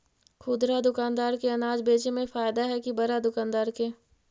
खुदरा दुकानदार के अनाज बेचे में फायदा हैं कि बड़ा दुकानदार के?